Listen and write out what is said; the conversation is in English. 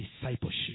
discipleship